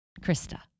Krista